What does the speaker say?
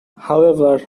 however